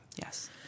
Yes